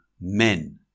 men